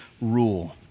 rule